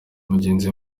mugenzi